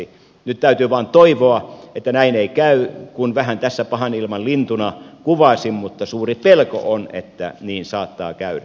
nyt täytyy vain toivoa että ei käy niin kuin vähän tässä pahanilmanlintuna kuvasin mutta suuri pelko on että niin saattaa käydä